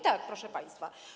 Tak, proszę państwa.